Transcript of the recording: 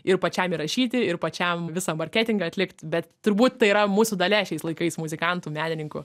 ir pačiam įrašyti ir pačiam visą marketingą atlikt bet turbūt tai yra mūsų dalia šiais laikais muzikantų menininkų